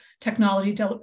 technology